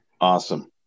Awesome